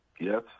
Yes